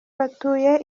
batuye